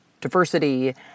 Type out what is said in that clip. diversity